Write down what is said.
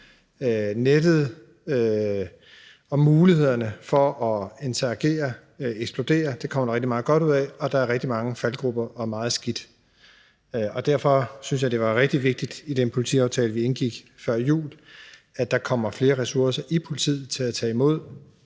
Nettet og mulighederne for at interagere eksploderer. Det kommer der rigtig meget godt ud af, og der er rigtig mange faldgruber og meget skidt. Derfor synes jeg, at det var rigtig vigtigt i den politiaftale, vi indgik før jul, at der kommer flere ressourcer i politiet til at tage imod